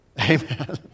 Amen